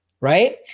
right